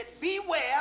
beware